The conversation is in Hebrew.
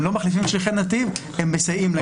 הם לא מחליפים את שליחי נתיב, הם מסייעים להם.